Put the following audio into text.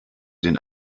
den